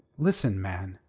listen, man.